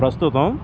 ప్రస్తుతం